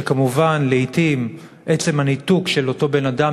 שכמובן לעתים עצם הניתוק של אותו בן-אדם